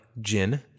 gin